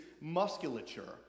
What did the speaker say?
musculature